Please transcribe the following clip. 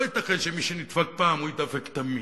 לא ייתכן שמי שנדפק פעם, הוא תמיד יידפק.